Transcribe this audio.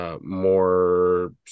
more